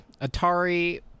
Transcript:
Atari